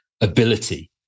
ability